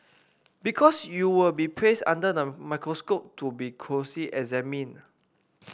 because you will be placed under the microscope to be closely examined